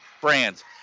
brands